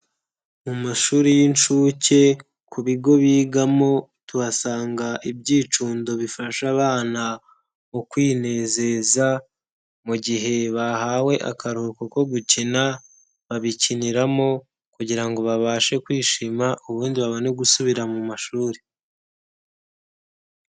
Mu mashuri y'inshuke, ku bigo bigamo tuhasanga ibyicundo bifasha abana mu kwinezeza mu gihe bahawe akaruhuko cyo gukina, babikiniramo kugira ngo babashe kwishima ubundi babone gusubira mu mashuri.